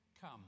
Come